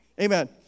Amen